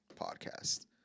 podcast